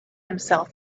himself